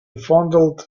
fondled